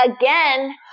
Again